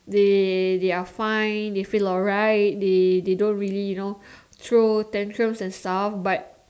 they they're fine they feel alright they they don't really you know throw tantrums and stuff but